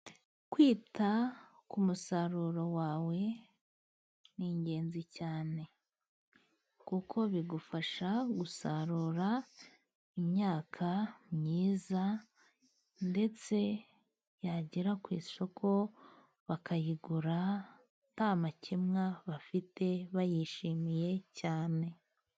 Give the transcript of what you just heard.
Kwita ku musaruro wawe ni ingenzi cyane kuko bigufasha gusarura imyaka myiza ndetse yagera ku isoko bakayigura nta makemwa bafite bayishimiye cyane.